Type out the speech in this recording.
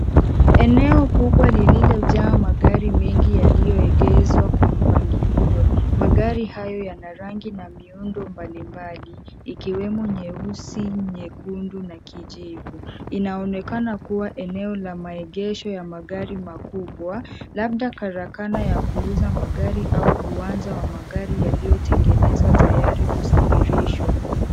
Eneo kubwa lililojaa magari mengi yaliyoegezwa kwa mpangilio. Magari hayo yana rangi na miundo mbalimbali, ikiwemo nyeusi, nyekundu, na kijivu. Inaonekana kuwa eneo la maegesho ya magari makubwa, labda karakana ya kuuza magari au uwanja wa magari yaliyotengenezwa tayari kusafirishwa.